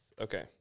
okay